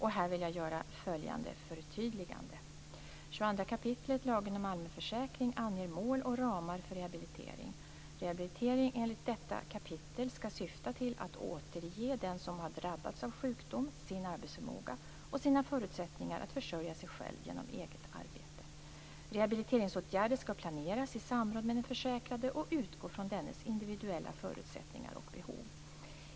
Här vill jag göra följande förtydligande: 22 kap. lagen om allmän försäkring anger mål och ramar för rehabilitering. Rehabilitering enligt detta kapitel skall syfta till att återge den som har drabbats av sjukdom sin arbetsförmåga och sina förutsättningar att försörja sig själv genom eget arbete. Rehabiliteringsåtgärder skall planeras i samråd med den försäkrade och utgå från dennes individuella förutsättningar och behov.